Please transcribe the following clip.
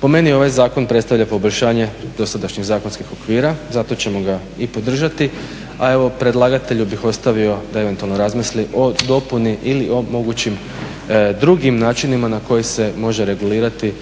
Po meni ovaj zakon predstavlja poboljšanje dosadašnjih zakonskih okvira. Zato ćemo ga i podržati. A evo predlagatelju bih ostavio da eventualno razmisli o dopuni ili o mogućim drugim načinima na koje se može regulirati